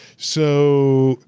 so,